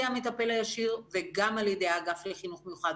המטפל הישיר וגם על ידי האגף לחינוך מיוחד.